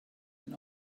and